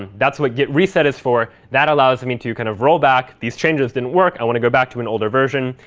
that's what git reset is for. that allows i mean to kind of roll back, these changes didn't work, i want to go back to an older version.